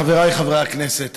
חבריי חברי הכנסת,